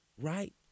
right